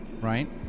right